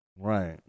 Right